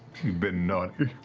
you've been naughty.